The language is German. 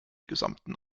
gesamten